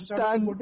Stand